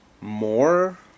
more